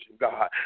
God